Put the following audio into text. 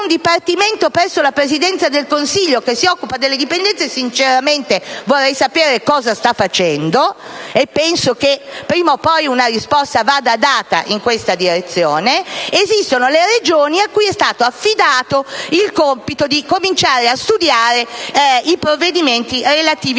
un dipartimento presso la Presidenza del Consiglio che si occupa delle dipendenze, e sinceramente vorrei sapere cosa sta facendo - penso che prima o poi una risposta vada data in questa direzione - ed esistono le Regioni, cui è stato affidato il compito di cominciare a studiare i provvedimenti relativi